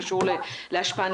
פינוי אשפה.